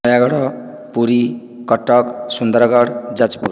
Nayagarh Puri Cuttack Sundargarh Jajpur